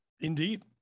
Indeed